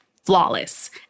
Flawless